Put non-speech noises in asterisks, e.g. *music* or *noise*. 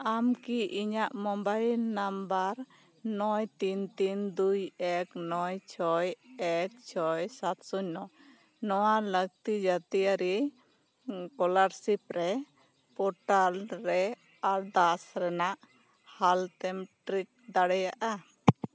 ᱟᱢ ᱠᱤ ᱤᱧᱟ ᱜ ᱢᱚᱵᱟᱭᱤᱞ ᱱᱟᱢᱵᱟᱨ ᱱᱚᱭ ᱛᱤᱱ ᱛᱤᱱ ᱫᱩᱭ ᱮᱠ ᱱᱚᱭ ᱪᱷᱚᱭ ᱮᱠ ᱪᱷᱚᱭ ᱥᱟᱛ ᱥᱩᱱ ᱱᱚ ᱱᱚᱣᱟ ᱞᱟᱹᱠᱛᱤ ᱡᱟᱹᱛᱤᱭᱟᱹᱨᱤ ᱠᱚᱞᱟᱨᱥᱤᱯ ᱨᱮ ᱯᱚᱴᱟᱞ ᱨᱮ ᱟᱨᱫᱟᱥ ᱨᱮᱱᱟᱜ ᱦᱟᱞᱛᱮᱢ ᱴᱨᱤᱯ *unintelligible* ᱫᱟᱲᱮᱭᱟᱜᱼᱟ